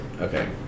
Okay